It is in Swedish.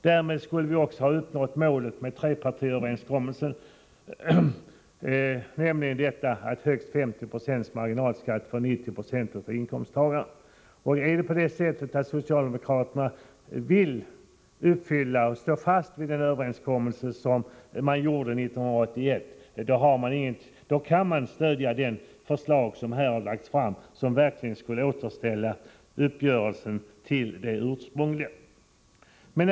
Därmed skulle vi också ha uppnått målet med trepartiöverenskommelsen, nämligen högst 50 26 marginalskatt för 90 76 av inkomsttagarna. Vill socialdemokraterna uppfylla målet och stå fast vid överenskommelsen från 1981, kan man göra det genom att stödja det förslag som vi lagt fram och som verkligen skulle återställa uppgörelsen till det ursprungliga.